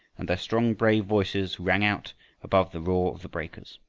and their strong, brave voices rang out above the roar of the breakers